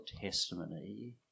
testimony